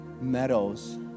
meadows